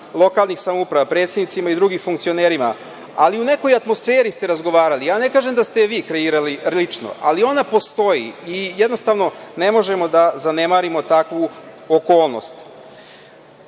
lokalnih samouprava, predsednicima i drugim funkcionerima, ali u nekoj atmosferi ste razgovarali, ja ne kažem da ste je vi kreirali lično, ali ona postoji i jednostavno ne možemo da zanemarimo takvu okolnost. Osnovni